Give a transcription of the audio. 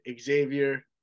Xavier